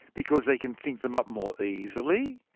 because they can think them up more easily?